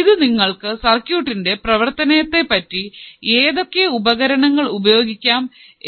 ഇതു നിങ്ങൾക്കു സർക്യൂട്ടിന്റെ പ്രവർത്തനത്തെപ്പറ്റിയും ഏതൊക്കെ ഉപകരണങ്ങൾ ഉപയോഗിക്കാം